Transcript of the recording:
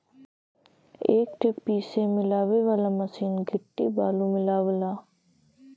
एक ठे पीसे मिलावे वाला मसीन गिट्टी बालू मिलावला